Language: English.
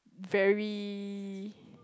very